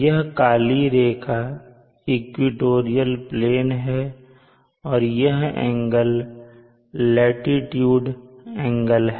यह काली रेखा इक्वेटोरियल प्लेन है और यह एंगल लाटीट्यूड एंगल है